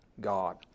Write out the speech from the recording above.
God